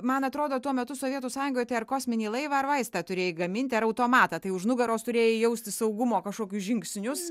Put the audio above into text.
man atrodo tuo metu sovietų sąjungoj tai ar kosminį laivą ar vaistą turėjai gaminti ar automatą tai už nugaros turėjai jausti saugumo kažkokius žingsnius